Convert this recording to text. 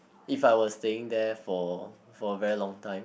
if I were staying there for for very long time